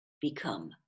become